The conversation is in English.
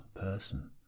person